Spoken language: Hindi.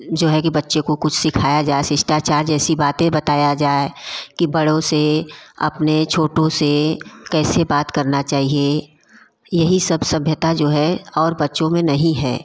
जो है कि बच्चे को कुछ सिखाया जाए शिष्टाचार जैसी बाते बताया जाए कि बड़ों से अपने छोटों से कैसे बात करना चाहिए यही सब सभ्यता जो है और बच्चो में नहीं है